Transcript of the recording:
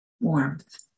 warmth